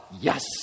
Yes